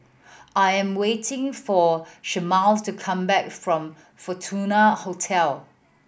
I am waiting for Shemar to come back from Fortuna Hotel